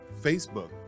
Facebook